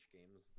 games